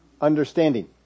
understanding